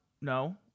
No